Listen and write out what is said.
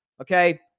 okay